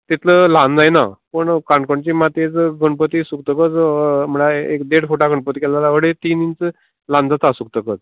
तितलो ल्हान जायना पूण काणकोणचें मातीयेंचो गणपती सुकतकच म्हणल्यार एक देड फुटां गणपती केलो जाल्यार अडेज तीन फूट ल्हान जाता सुकतगच